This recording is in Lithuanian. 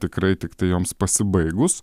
tikrai tiktai joms pasibaigus